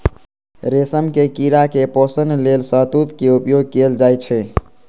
रेशम के कीड़ा के पोषण लेल शहतूत के उपयोग कैल जाइ छै